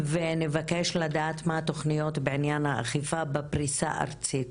ונבקש לדעת מה התוכניות בעניין האכיפה בפריסה הארצית.